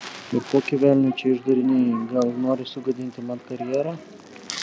ir kokį velnią čia išdarinėji gal nori sugadinti man karjerą